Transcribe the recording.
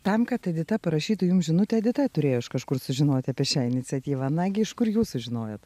tam kad edita parašytų jums žinutę edita turėjo iš kažkur sužinoti apie šią iniciatyvą nagi iš kur jūs sužinojot